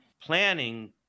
planning